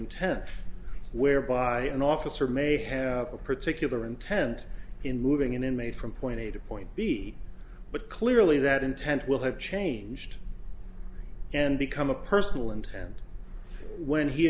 intent whereby an officer may have a particular intent in moving an inmate from point a to point b but clearly that intent will have changed and become a personal intent when he